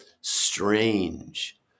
strange